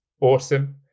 awesome